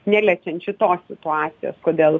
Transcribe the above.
neliečiant šitos situacijos kodėl